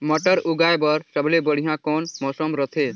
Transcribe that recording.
मटर उगाय बर सबले बढ़िया कौन मौसम रथे?